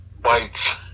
bites